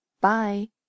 Bye